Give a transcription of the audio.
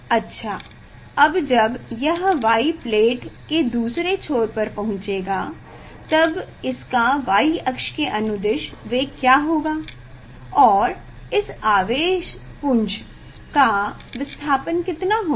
अच्छा अब जब यह y प्लेट के दूसरे छोर पर पहुंचेगा तब इसका y अक्ष के अनुदिश वेग क्या होगा और इस आवेश पुंज का विस्थापन कितना होगा